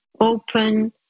open